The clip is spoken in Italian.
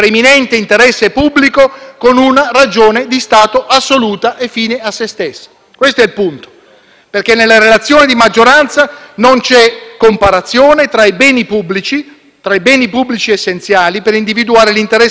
perché nella relazione di maggioranza non c'è comparazione tra i beni pubblici essenziali per individuare l'interesse pubblico preminente cui sacrificare il diritto della persona: si sacrifica un diritto di libertà